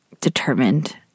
determined